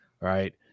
right